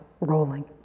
rolling